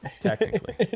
technically